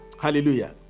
Hallelujah